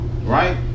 right